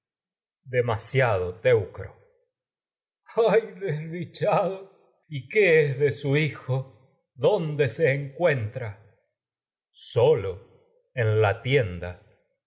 teucro ay desdichado yqué es de su hijo dón de se encuentra coro solo en la tienda